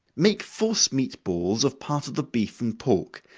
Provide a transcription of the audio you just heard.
make force meat balls of part of the beef and pork,